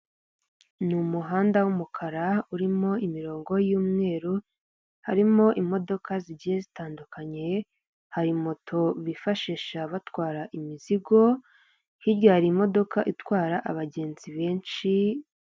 Ni umuhanda w'umukara; urimo imirongo y'umweru harimo imodoka zigiye zitandukanye, hari moto bifashisha batwara imizigo, hirya hari imodoka itwara abagenzi benshi.